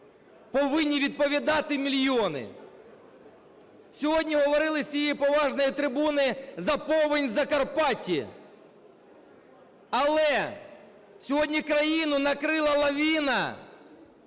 повинні відповідати мільйони? Сьогодні говорили з цієї поважної трибуни за повінь Закарпаття. Але сьогодні країну накрила лавина